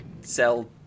sell